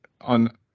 on